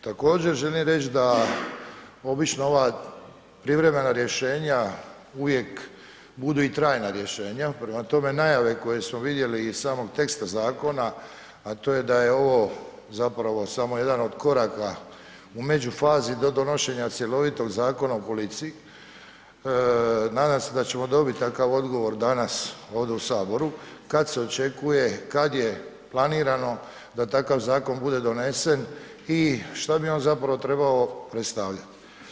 Također želim reći da obično ova privremena rješenja uvijek budu i trajna rješenja, prema tome najave koje smo vidjeli iz samog teksta Zakona, a to je da je ovo zapravo samo jedan od koraka u međufazi do donošenja cjelovitog Zakona o policiji, nadam se da ćemo dobit takav odgovor danas ovdje u Saboru kad se očekuje, kad je planirano da takav Zakon bude donesen i šta bi on zapravo trebao predstavljat.